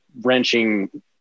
wrenching